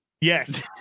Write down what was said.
Yes